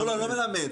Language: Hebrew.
לא מלמד.